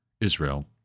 Israel